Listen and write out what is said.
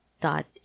dot